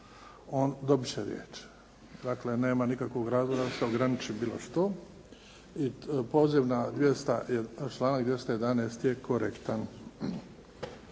dobit će riječ. Dakle nema nikakvog razloga da se ograniči bilo što i poziv na 200, članak 211. je korektan.